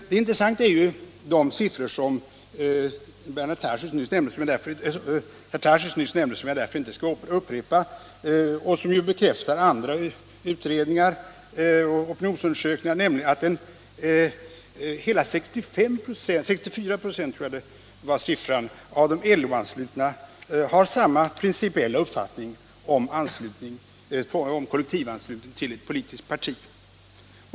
Det intressanta är de siffror som herr Tarschys nyss nämnde men som jag inte skall upprepa. De bekräftar ju andra opinionsundersökningar, nämligen att hela 64 ?6 av de LO-anslutna hade samma principiella uppfattning om kollektivanslutning till ett politiskt parti.